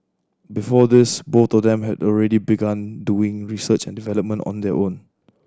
before this both of them had already begun doing research and development on their own